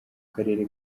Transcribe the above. karere